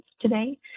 today